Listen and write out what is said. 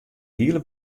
hiele